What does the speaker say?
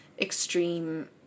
extreme